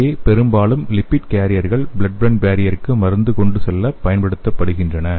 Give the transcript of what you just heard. இங்கே பெரும்பாலும் லிப்பிட் கேரியர்கள் ப்ளட் ப்ரெயின் பேரியருக்கு மருந்து கொண்டு செல்ல பயன்படுத்தப்படுகின்றன